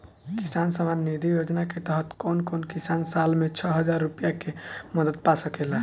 किसान सम्मान निधि योजना के तहत कउन कउन किसान साल में छह हजार रूपया के मदद पा सकेला?